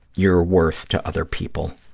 your worth to other people,